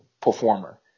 performer